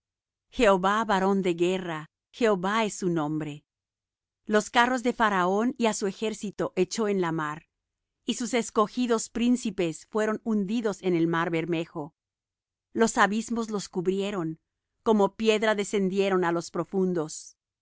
jehová varón de guerra jehová es su nombre los carros de faraón y á su ejército echó en la mar y sus escogidos príncipes fueron hundidos en el mar bermejo los abismos los cubrieron como piedra descendieron á los profundos